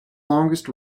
longest